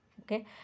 Okay